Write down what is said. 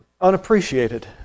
unappreciated